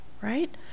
right